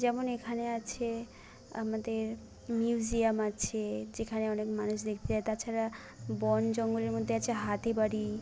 যেমন এখানে আছে আমাদের মিউজিয়াম আছে যেখানে অনেক মানুষ দেখতে যায় তাছাড়া বন জঙ্গলের মধ্যে আছে হাতিবাড়ি